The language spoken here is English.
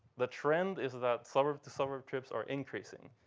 the trend is that suburb-to-suburb trips are increasing.